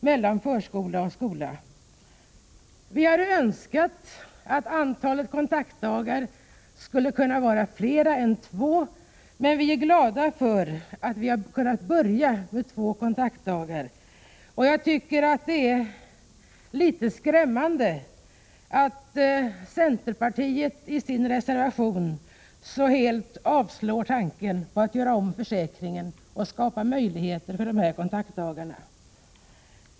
Det är naturligtvis ett önskemål att antalet kontaktdagar skulle kunna vara fler än två, men vi är inom utskottsmajoriteten glada för att vi har kunnat börja med två dagar. Jag tycker att det är litet skrämmande att centerpartiet i sin reservation helt avvisar tanken på att göra om försäkringen och skapa möjligheter att ta ut kontaktdagar.